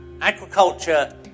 Agriculture